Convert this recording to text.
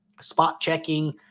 spot-checking